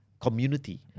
community